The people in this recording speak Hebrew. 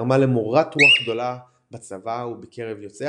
גרמה למורת רוח גדולה בצבא ובקרב יוצאי